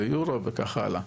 יורו וכך הלאה.